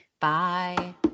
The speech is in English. Bye